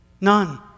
None